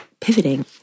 pivoting